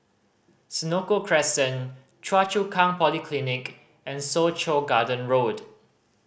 Senoko Crescent Choa Chu Kang Polyclinic and Soo Chow Garden Road